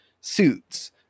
suits